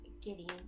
Gideon